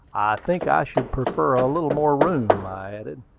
think i should prefer a little more room, i added.